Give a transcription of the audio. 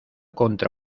contra